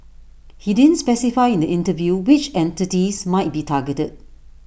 he didn't specify in the interview which entities might be targeted